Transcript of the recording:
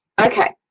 Okay